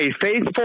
faithful